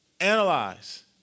analyze